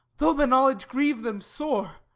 though the knowledge grieve them sore.